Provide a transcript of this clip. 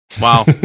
Wow